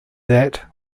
that